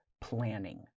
planning